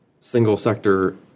single-sector